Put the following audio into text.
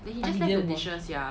but he didn't